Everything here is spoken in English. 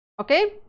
Okay